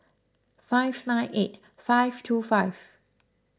five nine eight five two five